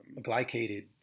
glycated